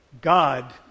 God